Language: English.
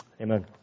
Amen